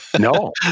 no